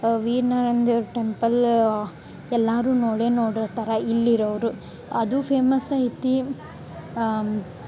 ವೀರ್ನಾರಾಯಣ್ ದೇವ್ರ ಟೆಂಪಲ್ ಎಲ್ಲಾರು ನೋಡೇ ನೋಡಿರ್ತಾರೆ ಇಲ್ಲಿರೋವರು ಅದು ಫೇಮಸ್ ಐತಿ